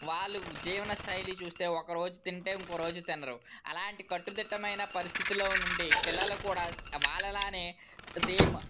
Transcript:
వాళ్ళు జీవన శైలి చూస్తే ఒకరోజు తింటే ఇంకో రోజు తినరు అలాంటి కట్టుదిట్టమైన పరిస్థితిలో నుండి పిల్లలు కూడా వాళ్ళ లాగా సేమ్